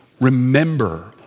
remember